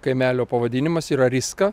kaimelio pavadinimas yra riska